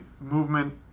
movement